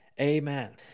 Amen